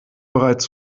bereits